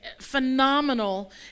phenomenal